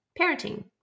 Parenting